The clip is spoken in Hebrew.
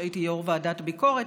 שהייתי יו"ר ועדת הביקורת,